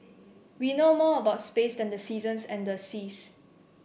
we know more about space than the seasons and the seas